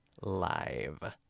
live